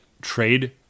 trade –